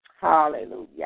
Hallelujah